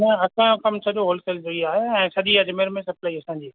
न असांजो कमु सॼो होलसेल जो ई आहे ऐं सॼी अजमेर में सप्लाई असांजी